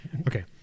Okay